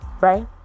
right